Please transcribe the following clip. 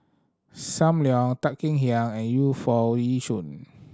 Sam Leong Tan Kek Hiang and Yu Foo Yee Shoon